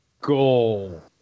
goal